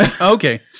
Okay